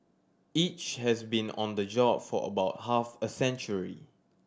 each has been on the job for about half a century